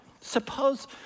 Suppose